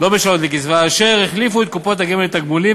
לקצבה אשר החליפו את קופות הגמל לתגמולים